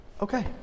okay